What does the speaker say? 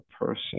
person